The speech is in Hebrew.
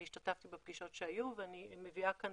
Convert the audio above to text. אני השתתפתי בפגישות שהיו ואני מביאה כאן